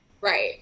Right